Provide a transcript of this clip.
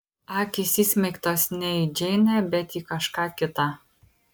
akys įsmeigtos ne į džeinę bet į kažką kitą